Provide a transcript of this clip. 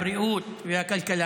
הבריאות והכלכלה,